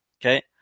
Okay